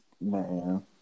man